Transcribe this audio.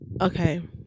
Okay